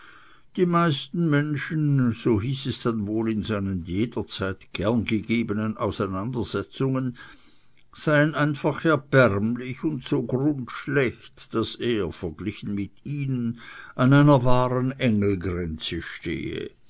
die meisten menschen so hieß es dann wohl in seinen jederzeit gern gegebenen auseinandersetzungen seien einfach erbärmlich und so grundschlecht daß er verglichen mit ihnen an einer wahren engelgrenze stehe